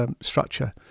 structure